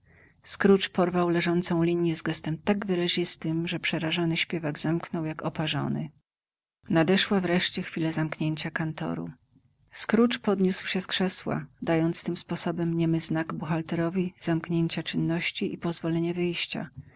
scrooge porwał leżącą linję z gestem tak wyrazistym że przerażony śpiewak zemknął jak oparzony nadeszła wreszcie chwila zamknięcia kantoru scrooge podniósł się z krzesła dając tym sposobem niemy znak buchalterowi zamknięcia czynności i pozwolenie wyjścia